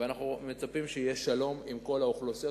ואנחנו מצפים שיהיה שלום עם כל האוכלוסיות,